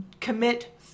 commit